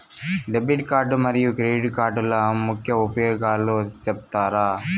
Debit card మరియు credit కార్డుల ముఖ్య ఉపయోగాలు సెప్తారా?